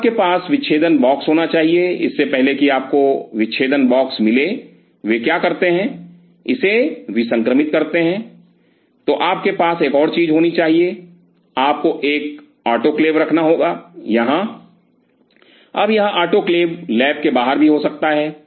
तो आपके पास विच्छेदन बॉक्स होना चाहिए इससे पहले की आपको विच्छेदन बॉक्स मिले वे क्या करते हैं इसे विसंक्रमित करते हैं तो आपके पास एक और चीज़ होनी चाहिए आपको एक आटोक्लेव रखना होगा यहाँ अब यह आटोक्लेव लैब के बाहर भी हो सकता है